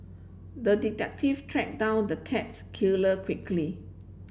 the detective tracked down the cats killer quickly